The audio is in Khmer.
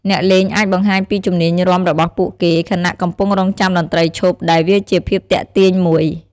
អ្នកលេងអាចបង្ហាញពីជំនាញរាំរបស់ពួកគេ ខណៈកំពុងរង់ចាំតន្ត្រីឈប់ ដែលវាជាភាពទាក់ទាញមួយ។